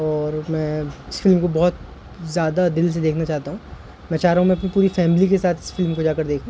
اور میں اس فلم کو بہت زیادہ دل سے دیکھنا چاہتا ہوں میں چاہ رہا ہوں میں اپنی پوری فیملی کے ساتھ اس فلم کو جا کر دھوں